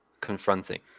confronting